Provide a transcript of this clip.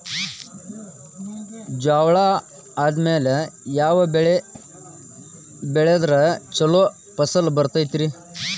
ಜ್ವಾಳಾ ಆದ್ಮೇಲ ಯಾವ ಬೆಳೆ ಬೆಳೆದ್ರ ಛಲೋ ಫಸಲ್ ಬರತೈತ್ರಿ?